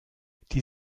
die